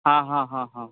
हां हां हां हां